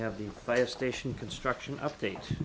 have the play station construction updates